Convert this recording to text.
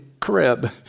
crib